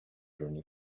journey